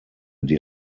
die